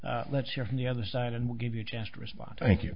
all let's hear from the other side and we'll give you a chance to respond i think you